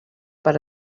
per